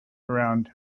around